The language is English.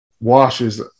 washes